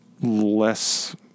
less